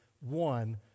one